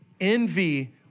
envy